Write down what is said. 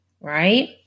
right